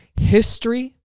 history